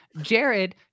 jared